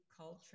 culture